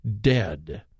dead